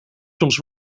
soms